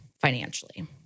financially